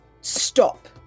stop